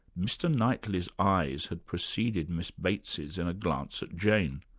mr knightley's eyes had preceded miss bates in a glance at jane.